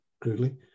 crudely